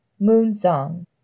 Moonsong